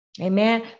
amen